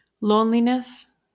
Loneliness